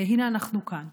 והינה אנחנו כאן.